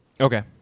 Okay